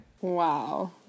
Wow